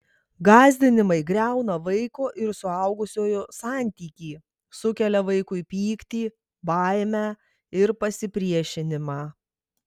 gąsdinimai griauna vaiko ir suaugusiojo santykį sukelia vaikui pyktį baimę ir pasipriešinimą